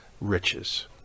riches